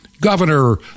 Governor